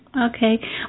Okay